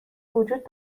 وجود